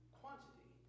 quantity